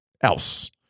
else